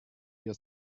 wir